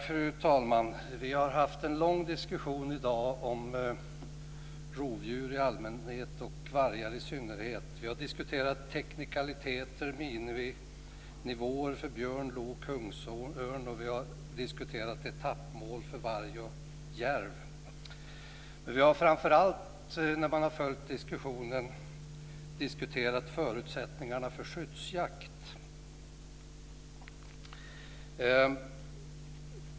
Fru talman! Vi har haft en lång diskussion i dag om rovdjur i allmänhet och vargar i synnerhet. Vi har diskuterat teknikaliteter, miniminivåer för björn, lo och kungsörn, och vi har diskuterat etappmål för varg och järv. Men vi har framför allt - om man har följt diskussionen - diskuterat förutsättningarna för skyddsjakt.